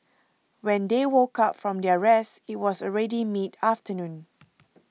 when they woke up from their rest it was already mid afternoon